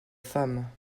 femme